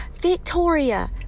Victoria